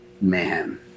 man